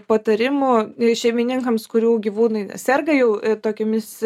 patarimu šeimininkams kurių gyvūnai serga jau tokiomis